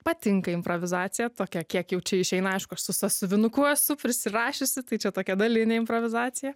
patinka improvizacija tokia kiek jau čia išeina aišku aš su sąsiuvinuku esu prisirašiusi tai čia tokia dalinė improvizacija